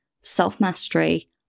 self-mastery